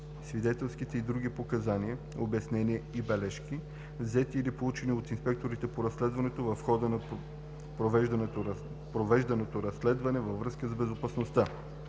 свидетелските и други показания, обяснения и бележки, взети или получени от инспекторите по разследването в хода на провеждано разследване във връзка с безопасността;